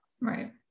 Right